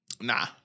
Nah